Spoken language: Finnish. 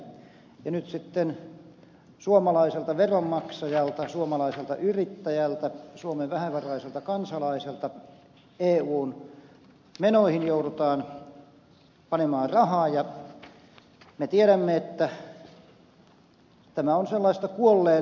nyt sitten suomalaiselta veronmaksajalta suomalaiselta yrittäjältä suomen vähävaraisilta kansalaisilta eun menoihin joudutaan panemaan rahaa ja me tiedämme että tämä on sellaista kuolleen lehmän maksamista